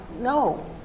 no